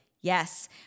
Yes